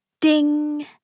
Ding